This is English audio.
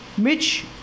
Mitch